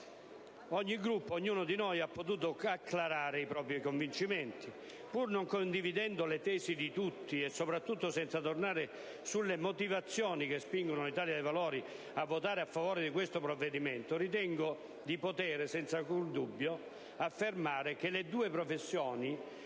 ogni Gruppo e ognuno di noi ha potuto acclarare i propri convincimenti. Pur non condividendo le tesi di tutti, e soprattutto senza tornare sulle motivazioni che spingono l'Italia dei Valori a votare a favore di questo provvedimento, ritengo di poter senza alcun dubbio affermare che le due professioni